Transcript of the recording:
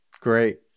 Great